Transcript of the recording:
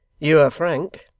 you are frank,